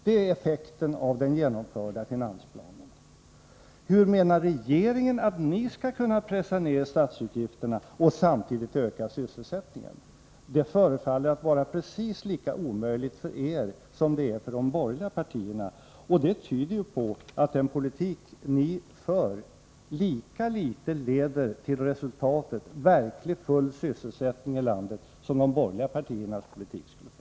Den effekten har den genomförda finansplanen. Hur menar regeringen att ni skall kunna pressa ned statsutgifterna och samtidigt öka sysselsättningen? Det förefaller att vara precis lika omöjligt för er som det är för de borgerliga partierna, och det tyder på att den politik ni för lika litet leder till resultatet verklig full sysselsättning i landet som de borgerliga partiernas politik skulle göra.